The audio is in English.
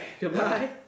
Goodbye